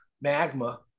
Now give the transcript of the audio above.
magma